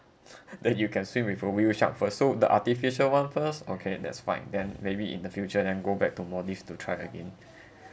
that you can swim with a whale shark first so the artificial one first okay that's fine then maybe in the future and go back to maldives to try again